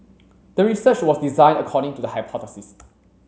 the research was designed according to the hypothesis